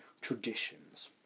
traditions